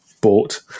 bought